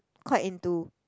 quite into